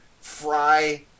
fry